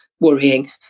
worrying